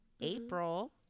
April